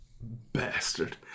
Bastard